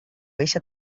eixa